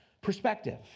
Perspective